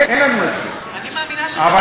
אין לנו את זה.